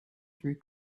through